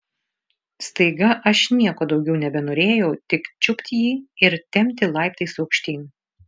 staiga aš nieko daugiau nebenorėjau tik čiupt jį ir tempti laiptais aukštyn